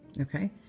ok.